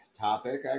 topic